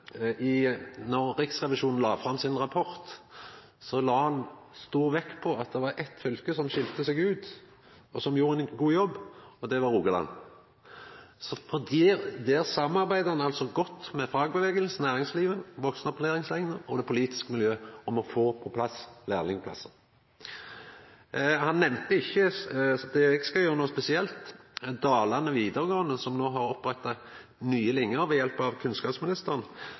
det var eitt fylke som skilde seg ut og gjorde ein god jobb. Det var Rogaland. Der samarbeider ein godt med fagbevegelsen, næringslivet, vaksenopplæringa og det politiske miljøet om å få på plass lærlingplassar. Rapporten nemnde ikkje det eg no skal gjera spesielt, Dalane videregående skole, som ved hjelp av kunnskapsministeren no har oppretta ei ny linje til ein framtidsretta jobb: vindmølleoperatør. Det er ei ny linje med dei nye